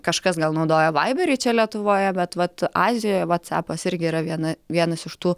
kažkas gal naudoja vaiberį čia lietuvoje bet vat azijoje vatsapas irgi yra viena vienas iš tų